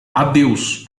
adeus